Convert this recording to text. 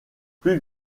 plus